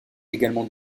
également